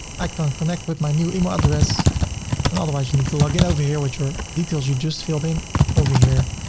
i can connect it with my new email address and otherwise you need to login over here with your details you just filled in over here